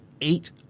eight